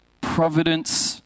providence